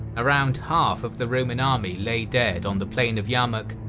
around half of the roman army lay dead on the plain of yarmouk,